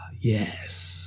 yes